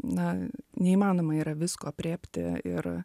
na neįmanoma yra visko aprėpti ir